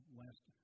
last